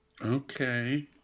Okay